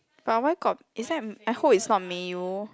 but why got is that I hope is not Mayo